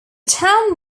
town